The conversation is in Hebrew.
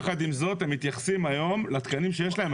יחד עם זאת, הם מתייחסים היום לתקנים שיש להם.